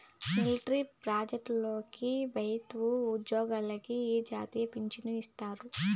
military పన్జేసేటోల్లకి పెబుత్వ ఉజ్జోగులకి ఈ జాతీయ పించను ఇత్తారు